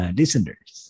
listeners